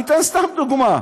אני אתן סתם דוגמה.